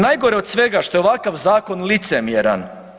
Najgore od svega što je ovakav zakon licemjeran.